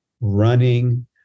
running